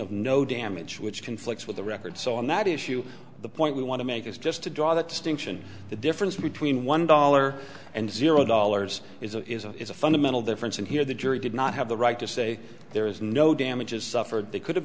of no damage which conflicts with the record so on that issue the point we want to make is just to draw that distinction the difference between one dollar and zero dollars is a is a fundamental difference and here the jury did not have the right to say there is no damages suffered they could have